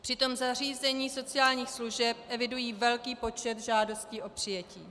Přitom zařízení sociálních služeb evidují velký počet žádostí o přijetí.